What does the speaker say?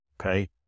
Okay